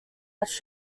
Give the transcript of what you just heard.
attach